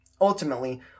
Ultimately